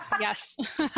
yes